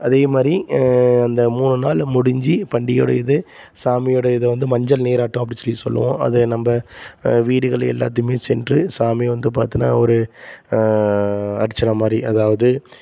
அதே மாதிரி அந்த மூணு நாளில் முடிஞ்சு பண்டிகையோடு இது சாமியோடைய இதை வந்து மஞ்சள் நீராட்டம் அப்டின்னு சொல்லி சொல்லுவோம் அதை நம்ப வீடுகள் எல்லாத்தையுமே சென்று சாமி வந்து பார்த்திங்கனா ஒரு அர்ச்சனை மாதிரி அதாவது